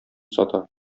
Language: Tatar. сата